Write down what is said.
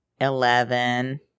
Eleven